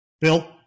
Bill